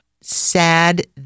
sad